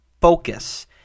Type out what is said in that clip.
focus